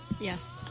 Yes